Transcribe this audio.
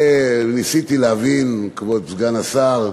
ניסיתי להבין, כבוד סגן השר,